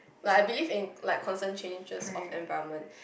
like I believe in like constant changes of environment